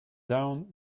down